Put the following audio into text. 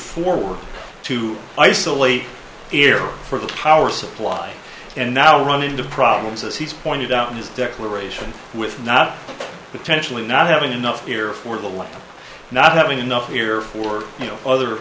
forward to isolate here for the power supply and now run into problems as he's pointed out in his declaration with not potentially not having enough here for the like not having enough here for no other